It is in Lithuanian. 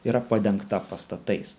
yra padengta pastatais